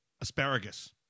asparagus